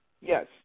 Yes